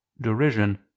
derision